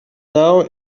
now